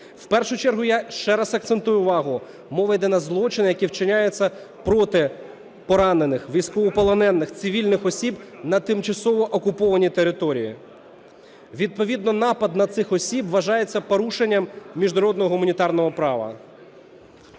У першу чергу, я ще раз акцентую увагу, мова йде про злочини, які вчиняються проти поранених, військовополонених, цивільних осіб на тимчасово окупованій території. Відповідно напад на цих осіб вважається порушенням міжнародного гуманітарного права.